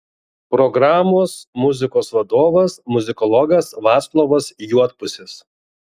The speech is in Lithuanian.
programos muzikos vadovas muzikologas vaclovas juodpusis